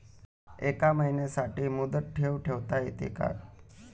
एका महिन्यासाठी मुदत ठेव ठेवता येते का?